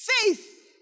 Faith